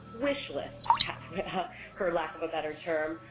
wish list, for lack of a better term,